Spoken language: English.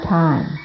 time